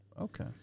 okay